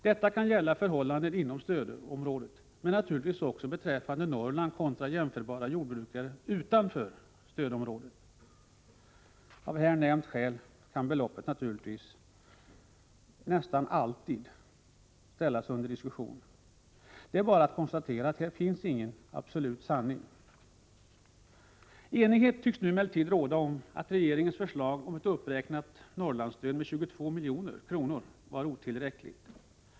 Detta kan gälla förhållanden inom stödområdet men naturligtvis också beträffande Norrland kontra jämförbara jordbrukare utanför stödområdet. Av här nämnda skäl kan beloppet naturligtvis nästan alltid ställas under diskussion. Det är bara att konstatera att det här inte finns någon absolut sanning. Enighet tycks råda om att regeringens förslag om uppräkning av Norrlandsstödet med 22 miljoner var otillräckligt.